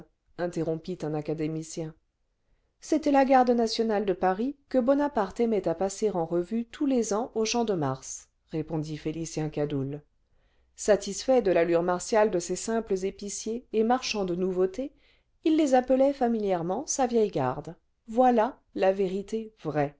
interrompit un académicien c'était la garde nationale cle paris que bonaparte aimait à passer en revue tous les ans au champ de mars répondit félicien cadoul satisfait de l'allure martiale de ces simples épiciers épiciers marchands de nouveautés il les appelait familièrement sa vieille garde voilà la vérité vraie